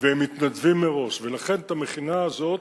והם מתנדבים מראש, ולכן המכינה הזאת,